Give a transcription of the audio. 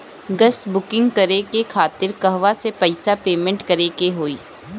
Gas booking करे के खातिर कहवा से पैसा पेमेंट करे के होई?